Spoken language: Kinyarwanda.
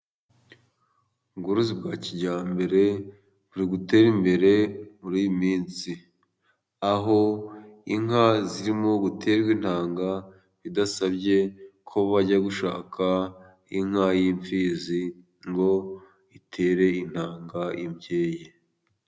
Ubworozi bwa kijyambere buri gutera imbere muri iyi minsi, aho inka zirimo guterwa intanga, bidasabye ko bajya gushaka inka y'imfizi, ngo itere intanga imbyeyi.